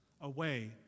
away